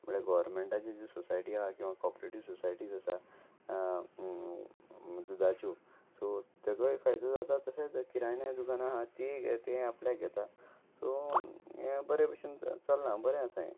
म्हळ्या गोवरमेंटाची जी सोसायटी आसा किंवां कॉपरेटीव्ह सोसायटीज आसा दुदाच्यो सो तेजोय फायदो जाता तशेंच किरायण्या दुकानां आसा तीय ते आपल्याक घेता सो हे बरे भशेन चलला बरें आसा हें